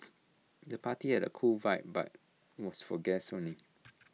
the party had A cool vibe but was for guests only